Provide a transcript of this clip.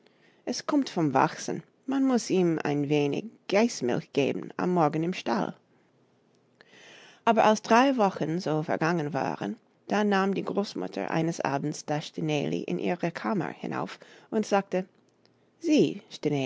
es kommt vom wachsen man muß ihm ein wenig geißmilch geben am morgen im stall aber als drei wochen so vergangen waren da nahm die großmutter eines abends das stineli in ihre kammer hinauf und sagte sieh